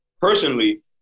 personally